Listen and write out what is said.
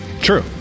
True